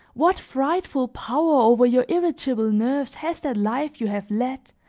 what frightful power over your irritable nerves has that life you have led,